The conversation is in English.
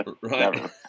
Right